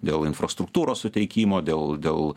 dėl infrastruktūros suteikimo dėl dėl